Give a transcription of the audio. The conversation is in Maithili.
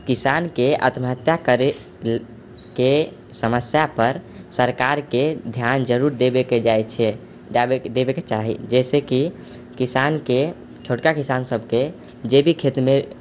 किसानके आत्महत्या करैके समस्यापर सरकारके ध्यान जरुर देबेके जाइ छै देबेके चाही जाहिसँ कि किसानके छोटका किसान सबके जे भी खेतमे